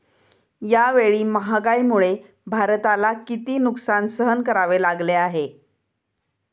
यावेळी महागाईमुळे भारताला किती नुकसान सहन करावे लागले आहे?